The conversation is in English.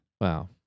Wow